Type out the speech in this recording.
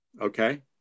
Okay